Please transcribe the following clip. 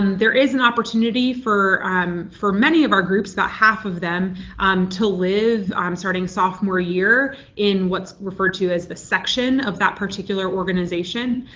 and there is an opportunity for um for many of our groups, about half of them um to live um starting sophomore year in what's referred to as the section of that particular organization.